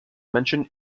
mentioned